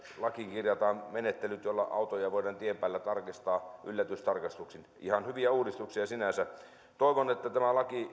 lakiin kirjataan menettelyt joilla autoja voidaan tien päällä tarkistaa yllätystarkastuksin ihan hyviä uudistuksia sinänsä toivon että tämä laki